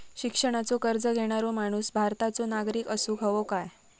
शिक्षणाचो कर्ज घेणारो माणूस भारताचो नागरिक असूक हवो काय?